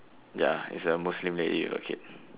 ya it's a Muslim lady with a kid